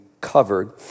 covered